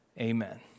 Amen